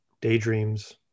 daydreams